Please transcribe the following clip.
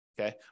okay